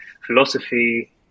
philosophy